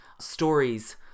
stories